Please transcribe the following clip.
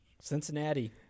Cincinnati